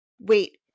Wait